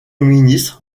ministre